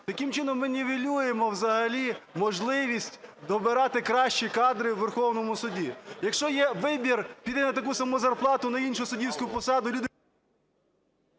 Таким чином ми нівелюємо взагалі можливість добирати кращі кадри в Верховному Суді. Якщо є вибір піти на таку саму зарплату на іншу суддівську посаду, і люди…